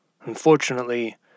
Unfortunately